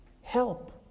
Help